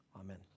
amen